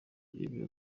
ibi